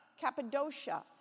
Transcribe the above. Cappadocia